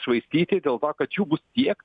švaistyti dėl to kad jų bus tiek